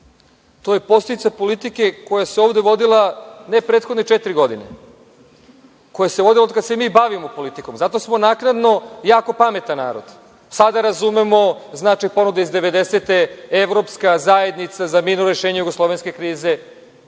To je posledica politike koja se ovde vodila, ne prethodne četiri godine, koja se vodila od kada se mi bavimo politikom. Zato smo naknadno jako pametan narod. Sada razumemo značaj ponude iz devedesete, evropska zajednica za mirno rešenje jugoslovenske krize.